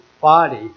body